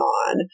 on